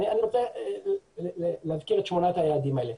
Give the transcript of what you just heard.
אני רוצה להזכיר את שמונת היעדים האלה.